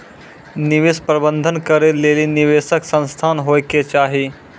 निवेश प्रबंधन करै लेली निवेशक संस्थान होय के चाहि